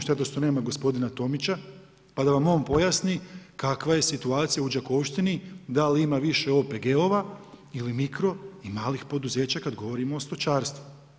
Šteta što nema gospodina Tomića, pa da vam on pojasni kakva je situacija u Đakovštini, da li ima više OPG-ova ili mikro i malih poduzeća kad govorimo o stočarstvu.